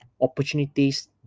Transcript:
opportunities